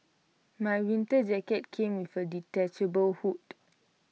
my winter jacket came with A detachable hood